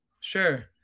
Sure